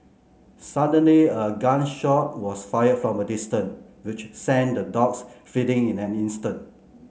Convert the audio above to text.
suddenly a gun shot was fired from a distance which sent the dogs fleeing in an instant